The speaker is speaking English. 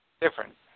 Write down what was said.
different